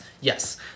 Yes